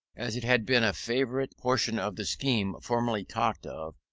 as it had been a favourite portion of the scheme formerly talked of,